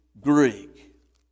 Greek